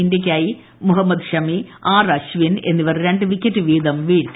ഇന്ത്യയ്ക്കായി മുഹമ്മദ് ഷമി ആർ അശ്വിൻ എന്നിവർ രണ്ട് വിക്കറ്റ് വീതം വീഴ്ത്തി